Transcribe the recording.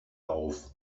auf